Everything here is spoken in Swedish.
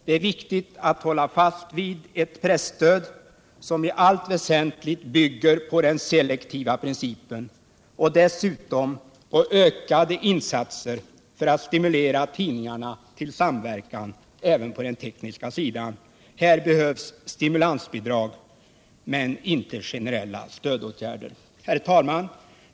Det är viktigt att hålla fast vid ett presstöd som i allt väsentligt bygger på den selektiva principen och dessutom på ökade insatser för att stimulera tidningarna till samverkan även på den tekniska sidan. Här behövs stimulansbidrag men inte generella stödåtgärder. Herr talman!